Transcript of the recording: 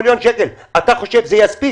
אתה חושב שזה יספיק?